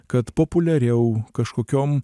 kad populiariau kažkokiom